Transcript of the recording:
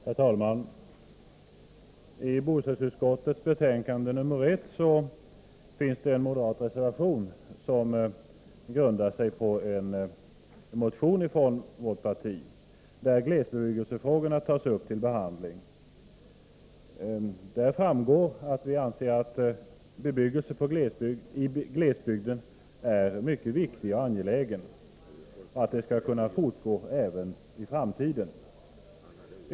Herr talman! Till bostadsutskottets betänkande nr 1 finns en moderat reservation som grundar sig på en motion från vårt parti, där glesbebyggelsen tas upp till behandling. Av den framgår att vi anser att bebyggelsen i glesbygden är mycket viktig och angelägen och att den skall kunna fortgå även i framtiden.